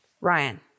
Ryan